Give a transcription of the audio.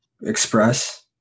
Express